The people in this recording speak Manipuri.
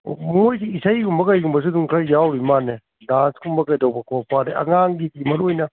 ꯑꯣ ꯃꯣꯏꯒꯤ ꯏꯁꯩꯒꯨꯝꯕ ꯀꯩꯒꯨꯝꯕꯁꯨ ꯑꯗꯨꯝ ꯈꯔ ꯌꯥꯎꯔꯤ ꯃꯥꯜꯂꯦ ꯗꯥꯟꯁꯀꯨꯝꯕ ꯀꯩꯗꯧꯕ ꯈꯣꯠꯄ ꯑꯗꯨꯗꯩ ꯑꯉꯥꯡꯒꯤ ꯃꯔꯨ ꯑꯣꯏꯅ